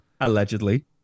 allegedly